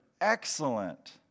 excellent